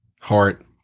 Heart